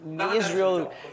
Israel